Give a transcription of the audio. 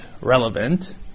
relevant